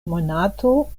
monato